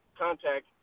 contact